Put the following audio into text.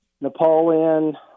Napoleon